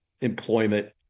employment